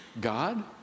God